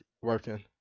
working